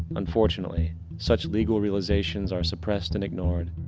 unfortunately such legal realizations are suppressed and ignored.